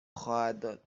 خواهد